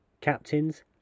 captains